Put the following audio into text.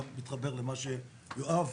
מה שמתקשר למה שיואב